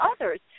others